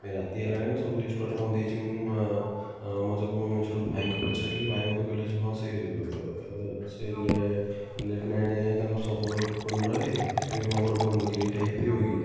ଏବେ ରାତି ହେଲାଣି ସବୁ ରେଷ୍ଟୁରାଣ୍ଟ ବନ୍ଦ ହେଇଯିବ ମୁଁ ମୋର ଜଣେ ଭାଇଙ୍କୁ ପଚାରିଲି ଭାଇ ମୋତେ କହିଲେ ଯେ ହଁ ସେ ସେ ଲେଟ୍ ନାଇଟ୍ ଯାଏ ତାଙ୍କର ସବୁବେଳେ ଓପନ ରହେ ସେଥିପାଇଁ ମୁଁ ଆପଣଙ୍କୁ ଫୋନ୍ କରିଥିଲି ଏଇଟା ହେଇପାରିବ କି